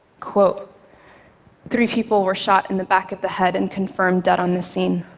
quote three people were shot in the back of the head and confirmed dead on the scene.